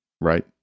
right